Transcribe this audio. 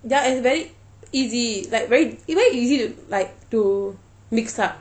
ya is very easy like very even easy to like to mix up